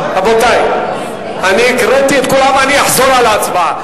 רבותי, הקראתי את כולם ואני אחזור על ההצבעה.